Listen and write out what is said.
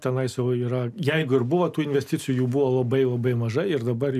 tenai savo yra jeigu ir buvo tų investicijų buvo labai labai maža ir dabar